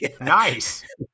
Nice